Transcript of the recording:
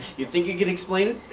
you think you can explain it?